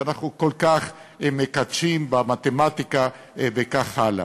שאנחנו כל כך מקדשים במתמטיקה וכך הלאה.